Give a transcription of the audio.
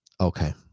Okay